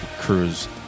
Cruz